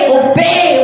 obey